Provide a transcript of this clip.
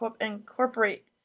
incorporate